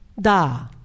Da